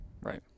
Right